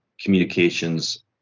communications